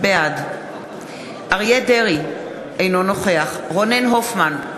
בעד אריה דרעי, אינו נוכח רונן הופמן,